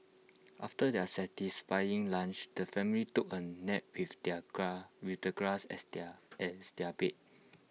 after their satisfying lunch the family took A nap with their with the grass as their as their bed